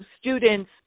students